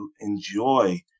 enjoy